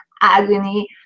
agony